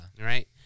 Right